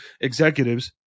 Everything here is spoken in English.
executives